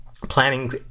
planning